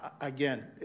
again